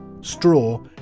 straw